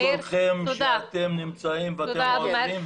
אני רוצה להודות לכולכם שאתם נמצאים ותמשיכו לעזור לנו.